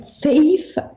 Faith